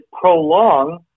prolong